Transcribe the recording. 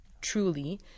truly